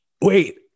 wait